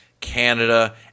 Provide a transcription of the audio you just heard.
Canada